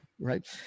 right